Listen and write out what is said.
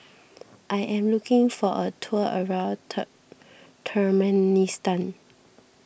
I am looking for a tour around tuck Turkmenistan